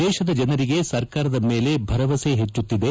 ದೇಶದ ಜನರಿಗೆ ಸರ್ಕಾರದ ಮೇಲೆ ಭರವಸೆ ಹೆಚ್ಚುತ್ತಿದೆ